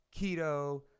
keto